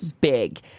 big